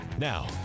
Now